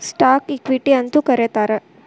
ಸ್ಟಾಕ್ನ ಇಕ್ವಿಟಿ ಅಂತೂ ಕರೇತಾರ